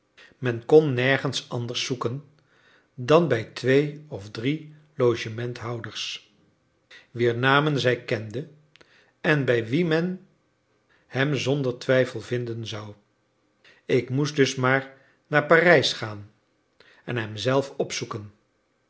men kon nergens anders zoeken dan bij twee of drie logementhouders wier namen zij kende en bij wie men hem zonder twijfel vinden zou ik moest dus maar naar parijs gaan en hem zelf opzoeken